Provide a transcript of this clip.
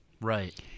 right